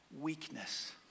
weakness